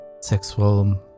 sexual